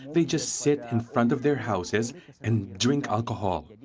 they just sit in front of their houses and drink alcohol.